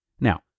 Now